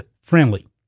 friendly